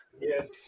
Yes